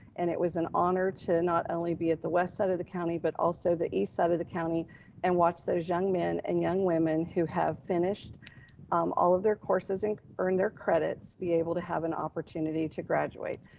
and it was an honor to not only be at the west side of the county, but also the east side of the county and watch those young men and young women who have finished um all of their courses and earned their credits, be able to have an opportunity to graduate.